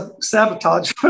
sabotage